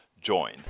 join